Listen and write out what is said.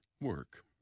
Work